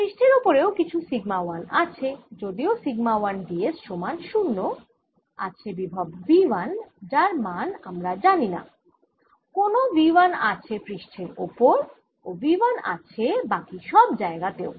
পৃষ্ঠের ওপরেও কিছু সিগমা 1 আছে যদিও সিগমা 1 d s সমান 0 আছে বিভব V 1 যার মান আমি জানিনা কোনও V 1 আছে পৃষ্ঠের ওপর ও V 1 আছে বাকি সব জায়গা তেও